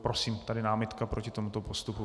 Prosím, je tady námitka proti tomuto postupu.